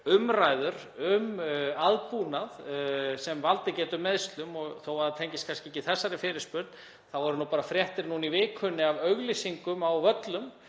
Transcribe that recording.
umræður um aðbúnað sem valdið getur meiðslum. Og þó að það tengist kannski ekki þessari fyrirspurn þá voru nú bara fréttir núna í vikunni af auglýsingum á völlum